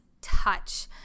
touch